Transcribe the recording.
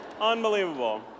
Unbelievable